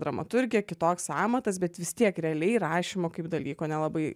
dramaturgija kitoks amatas bet vis tiek realiai rašymo kaip dalyko nelabai